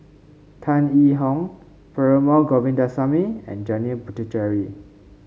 Tan Yee Hong Perumal Govindaswamy and Janil Puthucheary